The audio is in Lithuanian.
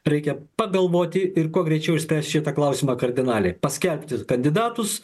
reikia pagalvoti ir kuo greičiau išspręst šitą klausimą kardinaliai paskelbti kandidatus